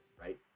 right